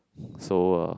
so uh